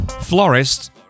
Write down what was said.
Florist